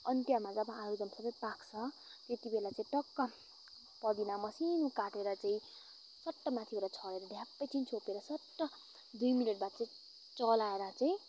अन्त्यमा जब आलुदम सबै पाक्छ त्यतिबेला चाहिँ टक्क पदिना मसिनो काटेर चाहिँ सट्ट माथिबाट छरेर ढ्याप्प एकछिन छोपेर सट्ट दुई मिनट बाद चाहिँ चलाएर चाहिँ